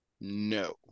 No